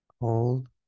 Hold